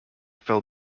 fell